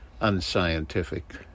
unscientific